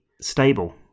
stable